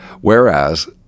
whereas